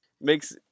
Makes